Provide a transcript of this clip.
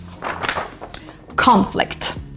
conflict